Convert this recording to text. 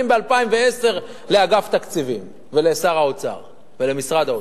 ב-2010 לאגף תקציבים ולשר האוצר ולמשרד האוצר.